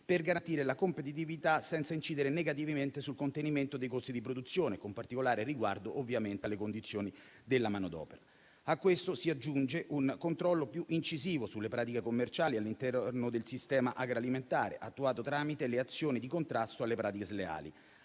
per garantire la competitività, senza incidere negativamente sul contenimento dei costi di produzione, con particolare riguardo alle condizioni della manodopera. A questo si aggiunge un controllo più incisivo sulle pratiche commerciali all'interno del sistema agroalimentare, attuato tramite le azioni di contrasto alle pratiche sleali.